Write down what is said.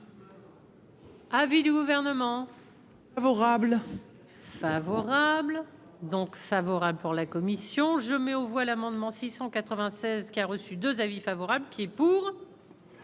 Avis du gouvernement. Favorable. Favorable donc favorable pour la commission, je mets aux voix l'amendement 696 qui a reçu 2 avis favorable qui est pour.